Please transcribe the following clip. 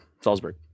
Salzburg